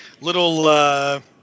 little